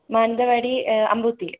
Mananthavady Ambukuthi